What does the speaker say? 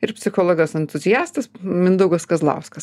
ir psichologijos entuziastas mindaugas kazlauskas